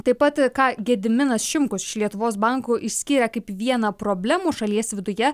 taip pat ką gediminas šimkus iš lietuvos bankų išskyrė kaip vieną problemų šalies viduje